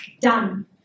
done